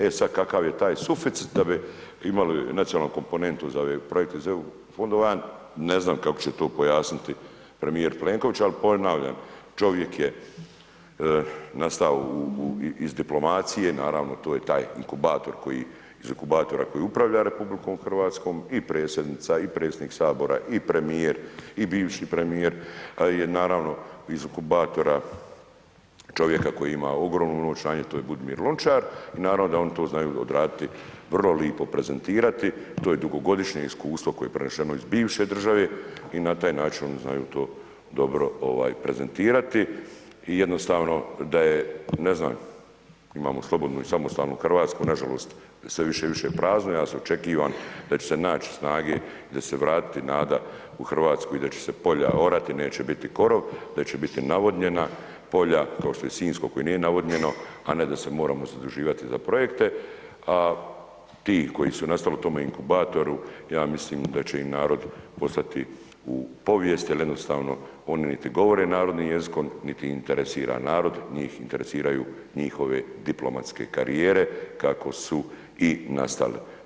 E sad kakav je sad taj suficit da bi imali nacionalnu komponentu za ove projekte za EU fondove, ne znam kako će to pojasniti premijer Plenković, ali ponavljam, čovjek je nastao iz diplomacije, naravno, tu je taj inkubator koji, iz inkubatora koji upravlja RH i predsjednica i predsjednik HS i premijer i bivši premijer je naravno iz inkubatora čovjeka koji ima ogromnu moć na nje, to je Budimir Lončar i naravno da oni to znaju odraditi, vrlo lipo prezentirati, to je dugogodišnje iskustvo koje je prenešeno iz bivše države i na taj način oni znaju to dobro prezentirati i jednostavno da je, ne znam, imamo slobodnu i samostalnu RH, nažalost, sve više i više praznu, ja se očekivan da će se nać snage, da će se vratiti nada u RH i da će se polja orati, neće biti korov, da će biti navodnjena polja, kao što je Sinjsko koje nije navodnjeno, a ne da se moramo zaduživati za projekte, a tih koji su nastali u tome inkubatoru ja mislim da će ih narod poslati u povijest jel jednostavno niti govore narodnim jezikom, niti ih interesira narod, njih interesiraju njihove diplomatske karijere kako su i nastali.